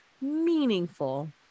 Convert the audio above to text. meaningful